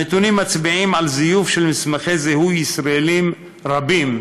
הנתונים מצביעים על זיוף של מסמכי זיהוי ישראליים רבים,